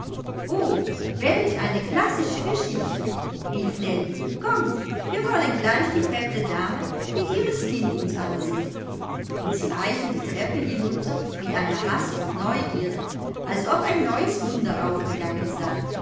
welch eine klassische geschichte rief nellie kommt wir wollen gleich die fremde dame mit ihres kind uns ansehen und sie eilten die treppe hinunter mit einer hast und neugierde als ob ein neues wunder aufgegangen sei